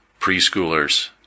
preschoolers